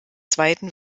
zweiten